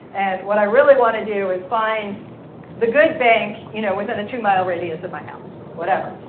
and what i really want to do is find the good bank you know within a two mile radius of my house. whatever.